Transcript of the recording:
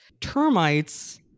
termites